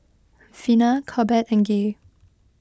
Vina Corbett and Gaye